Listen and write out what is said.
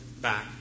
back